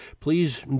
Please